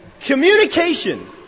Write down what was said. Communication